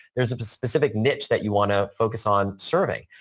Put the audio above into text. there's a specific niche that you want to focus on serving.